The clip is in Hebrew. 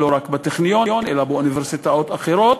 לא רק בטכניון אלא באוניברסיטאות אחרות.